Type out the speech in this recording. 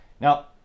Now